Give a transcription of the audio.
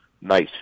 nice